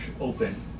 open